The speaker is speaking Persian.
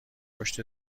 پشت